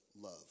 love